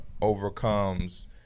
overcomes